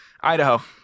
Idaho